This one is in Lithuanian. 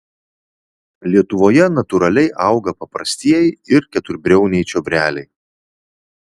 lietuvoje natūraliai auga paprastieji ir keturbriauniai čiobreliai